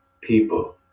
people